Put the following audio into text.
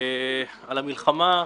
על המלחמה,